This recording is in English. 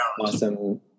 awesome